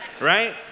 right